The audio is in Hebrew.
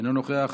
אינו נוכח,